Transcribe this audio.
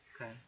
Okay